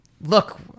Look